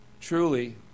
truly